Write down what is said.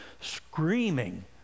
screaming